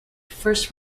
first